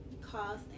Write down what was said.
cost